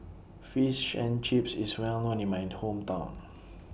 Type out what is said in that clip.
Fish and Chips IS Well known in My Hometown